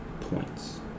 points